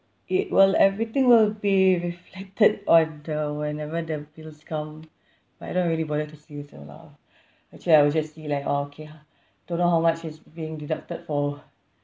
it will everything will be reflected on the whenever the bills come but I don't really bother to see also lah actually I will just see like oh okay ah don't know how much is being deducted for